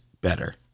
better